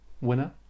winner